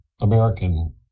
American